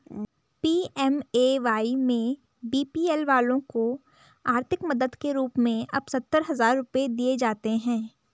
PMAY में BPL वालों को आर्थिक मदद के रूप में अब सत्तर हजार रुपये दिए जाते हैं